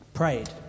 prayed